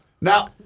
Now